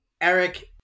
eric